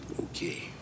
okay